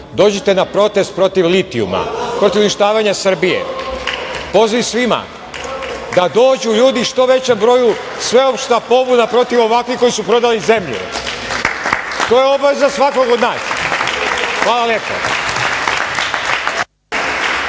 Dođite na protest protiv litijuma, protiv uništavanja Srbije. Poziv svima da dođu ljudi u što većem broju, sveopšta pobuna protiv ovakvih koji su prodali zemlju. To je obaveza svakog od nas. Hvala lepo.